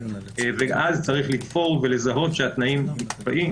ואז צריך לבחור ולזהות שהתנאים נקבעים